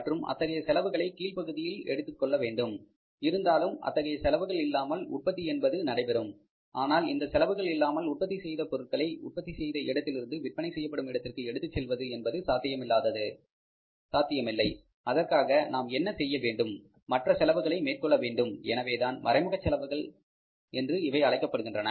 மற்றும் அத்தகைய செலவுகளை கீழ்பகுதியில் எடுத்துக்கொள்ள வேண்டும் இருந்தாலும் அத்தகைய செலவுகள் இல்லாமலும் உற்பத்தி என்பது நடைபெறும் ஆனால் இந்த செலவுகள் இல்லாமல் உற்பத்தி செய்த பொருட்களை உற்பத்தி செய்த இடத்திலிருந்து விற்பனை செய்யப்படும் இடத்திற்கு எடுத்துச் செல்வது என்பது சாத்தியமில்லை அதற்காக நாம் என்ன செய்ய வேண்டும் மற்ற செலவுகளை மேற்கொள்ள வேண்டும் எனவேதான் மறைமுக செலவுகள் என்று அழைக்கப்படுகின்றன